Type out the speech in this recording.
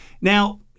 Now